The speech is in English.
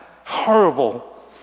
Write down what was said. horrible